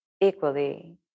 equally